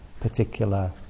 particular